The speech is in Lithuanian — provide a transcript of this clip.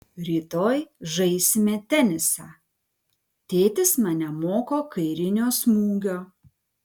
rytoj žaisime tenisą tėtis mane moko kairinio smūgio